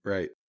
Right